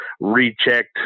rechecked